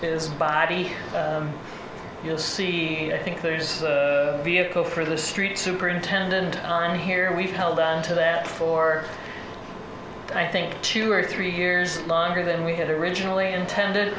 his body you'll see i think there's vehicle for the street superintendent on here we've held on to that for i think two or three years longer than we had originally intended